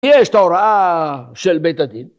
יש את ההוראה של בית הדין.